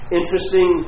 interesting